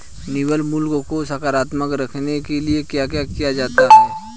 निवल मूल्य को सकारात्मक रखने के लिए क्या क्या किया जाता है?